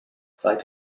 seit